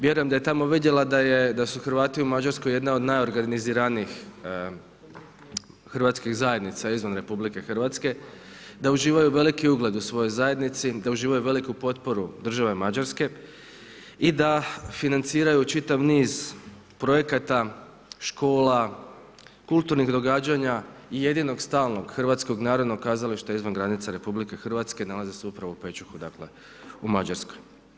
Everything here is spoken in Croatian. Vjerujem da je tamo vidjela da su Hrvati u Mađarskoj jedna od najorganiziranijih hrvatskih zajednica izvan RH, da uživaju veliki ugled u svojoj zajednici, da uživaju veliku potporu države Mađarske i da financiraju čitav niz projekata, škola, kulturnih događanja i jedinog stalnog Hrvatskog narodnog kazališta izvan granice RH, nalazi se upravo u Pečuhu, dakle u Mađarskoj.